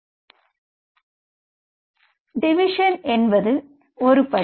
ஆகவே டிவிசன் என்பது ஒரு படி